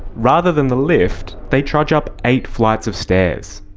rather than the lift, they trudge up eight flights of stairs,